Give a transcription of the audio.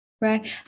Right